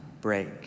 break